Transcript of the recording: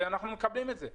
ואנחנו מקבלים את זה,